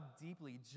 deeply